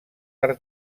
per